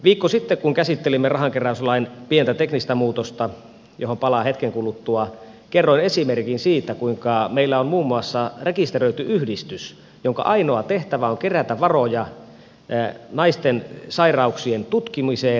viikko sitten kun käsittelimme rahankeräyslain pientä teknistä muutosta johon palaan hetken kuluttua kerroin esimerkin siitä kuinka meillä on muun muassa rekisteröity yhdistys jonka ainoa tehtävä on kerätä varoja naisten sairauksien tutkimiseen